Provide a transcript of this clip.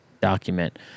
document